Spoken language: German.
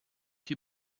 die